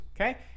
Okay